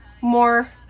more